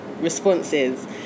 responses